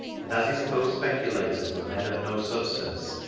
and as his co-speculators were men of no substance,